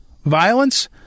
Violence